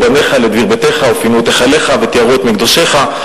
בניך לדביר ביתך ופינו את היכלך וטיהרו את מקדשך".